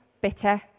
bitter